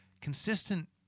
consistent